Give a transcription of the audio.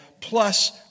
plus